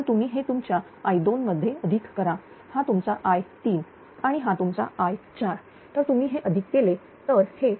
तर तुम्ही हे तुमच्या i2 मध्ये अधिक करा हा तुमचा i3 आणि हा तुमचाi4 तर तुम्ही हे अधिक केले तर हे0